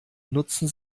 nutzen